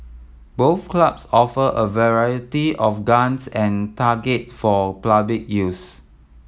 both clubs offer a variety of guns and targets for use